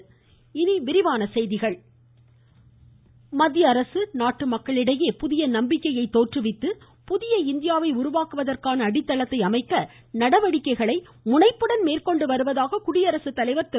ம் ம் ம் ம் ம குடியரசுத்தலைவர் மத்திய அரசு நாட்டு மக்களிடையே புதிய நம்பிக்கையை தோற்றுவித்து புதிய இந்தியாவை உருவாக்குவதற்கான அடித்தளத்தை அமைக்க நடவடிக்கைகளை முனைப்புடன் மேந்கொண்டு வருவதாக குடியரசுத்தலைவா் திரு